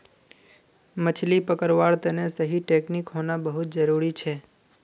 मछली पकड़वार तने सही टेक्नीक होना बहुत जरूरी छ